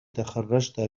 تخرجت